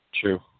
True